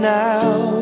now